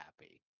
happy